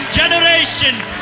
generations